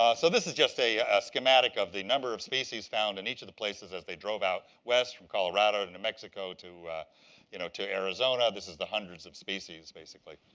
ah so this is just a schematic of the number of species found in each of the places as they drove out west from colorado and new mexico to you know to arizona. this is the hundreds of species basically.